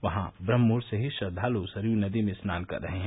वहां ब्रम्हमुहूर्त से ही श्रद्वालु सरयू नदी में स्नान कर रहे हैं